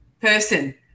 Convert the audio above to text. person